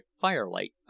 firelight